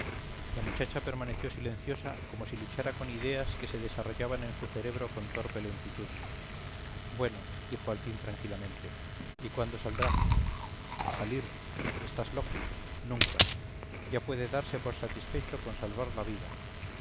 la muchacha permaneció silenciosa como si luchara con ideas que se desarrollaban en su cerebro con torpe lentitud bueno dijo al fin tranquilamente y cuándo saldrá salir estás loca nunca ya puede darse por satisfecho con salvar la vida